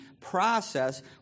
process